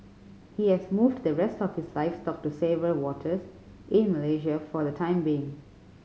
he has moved the rest of his livestock to safer waters in Malaysia for the time being